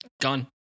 gone